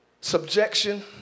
subjection